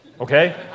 okay